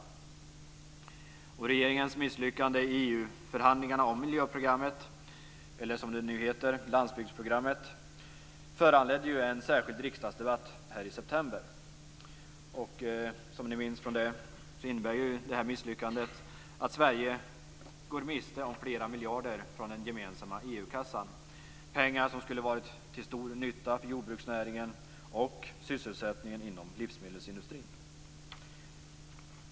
Regeringens misslyckande i EU-förhandlingarna om miljöprogrammet, eller som det nu heter, landsbygdsprogrammet, föranledde ju en särskild riksdagsdebatt här i september. Som vi minns från det tillfället innebär det här misslyckandet att Sverige går miste om flera miljarder från den gemensamma EU kassan, pengar som skulle varit till stor nytta för jordbruksnäringen och sysselsättningen inom livsmedelsindustrin.